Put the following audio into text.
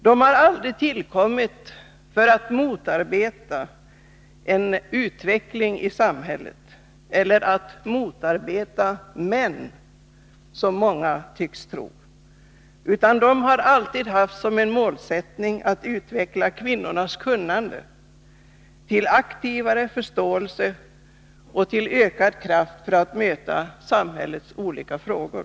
De har inte tillkommit för att motarbeta utvecklingen i samhället eller för att motarbeta männen, som många tycks tro, utan de har alltid haft som målsättning att utveckla kvinnornas Nr 163 kunnande, att stimulera till mera aktiv förståelse och till ökad kraft för att Onsdagen den möta samhällets olika frågor.